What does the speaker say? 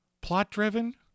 plot-driven